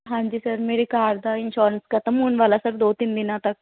ਹਾਂਜੀ ਸਰ ਮੇਰੀ ਕਾਰ ਦੀ ਇੰਸ਼ੋਰੈਂਸ ਖ਼ਤਮ ਹੋਣ ਵਾਲਾ ਸਰ ਦੋ ਤਿੰਨ ਦਿਨਾਂ ਤੱਕ